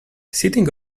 sitting